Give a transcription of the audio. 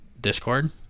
discord